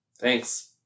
Thanks